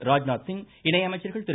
Rajnath Singh இணையமைச்சர்கள் Thiru